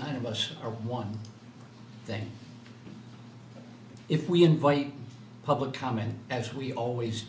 kind of us are one thing if we invite public comment as we always